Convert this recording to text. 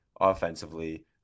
offensively